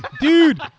dude